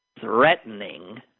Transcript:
threatening